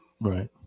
Right